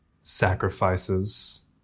sacrifices